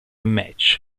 match